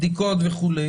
בדיקות וכולי.